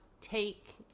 take